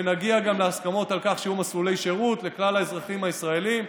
ונגיע גם להסכמות על כך שיהיו מסלולי שירות לכלל האזרחים הישראלים,